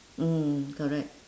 mm correct